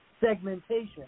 segmentation